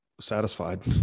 satisfied